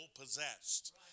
possessed